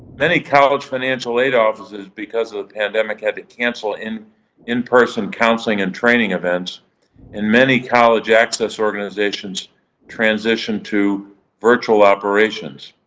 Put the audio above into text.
many college financial aid offices because of the pandemic had to cancel in-person counseling and training events and many college access organizations transitioned to virtual operations,